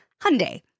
Hyundai